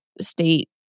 state